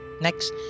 next